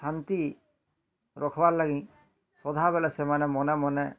ଶାନ୍ତି ରଖ୍ବାର୍ ଲାଗି ସଧା ବେଲେ ସେମାନେ ମନେ ମନେ